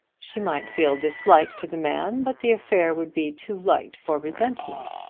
she might feel dislike to the man, but the affair would be too light for resentment.